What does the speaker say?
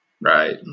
right